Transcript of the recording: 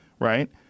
right